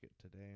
today